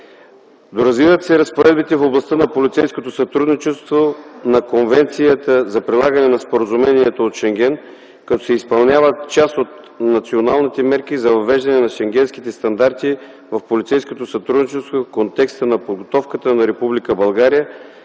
Доразвиват се разпоредбите в областта на полицейското сътрудничество на Конвенцията за прилагане на Споразумението от Шенген, като се изпълняват част от националните мерки за въвеждане на шенгенските стандарти в полицейското сътрудничество в контекста на подготовката на